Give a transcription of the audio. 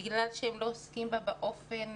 בגלל שהם לא עוסקים בה באופן